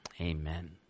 Amen